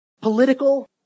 political